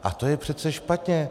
A to je přece špatně.